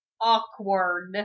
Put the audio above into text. awkward